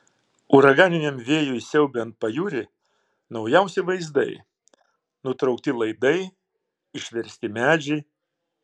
uraganiniam vėjui siaubiant pajūrį naujausi vaizdai nutraukti laidai išversti medžiai